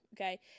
okay